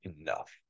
enough